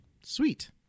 Sweet